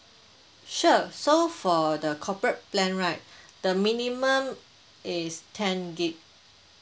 sure so for the corporate plan right the minimum is ten G_B